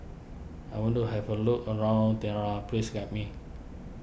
I want to have a look around please guide me